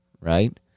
right